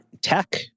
tech